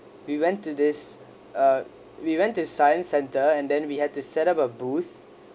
we went to this uh we went to science centre and then we had to set up a booth